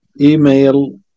email